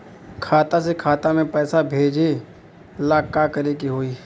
खाता से खाता मे पैसा भेजे ला का करे के होई?